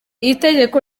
itegeko